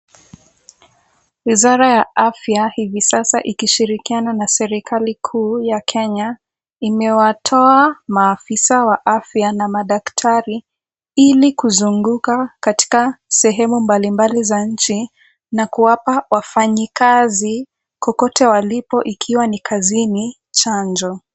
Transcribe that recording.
Wizara ya afya hivi sasa ikishirikiana na serikali kuu ya Kenya imewatoa maafisa wa afya na madaktari ili kuzunguka katika sehemu mbalimbali za nchi na kuwapa wafanyikazi kokote walipo ikiwa ni kazini chanjo.